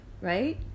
Right